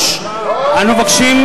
להשיב.